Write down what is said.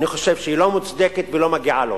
אני חושב שהיא לא מוצדקת ולא מגיעה לו.